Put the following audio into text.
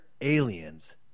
aliens